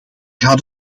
gaat